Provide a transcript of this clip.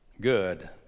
good